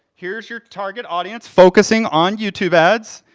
here's your target audience focusing on youtube ads,